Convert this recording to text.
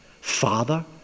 Father